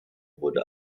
wurde